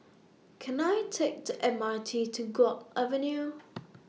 Can I Take The M R T to Guok Avenue